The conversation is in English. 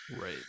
right